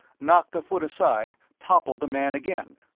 knocked the foot aside, toppled the man again.